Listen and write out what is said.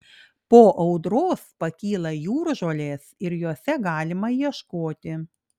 po audros pakyla jūržolės ir jose galima ieškoti